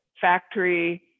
factory